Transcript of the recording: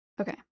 Okay